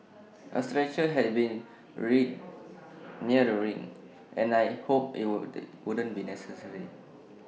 A stretcher had been readied near the ring and I hoped IT wouldn't be necessary